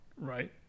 right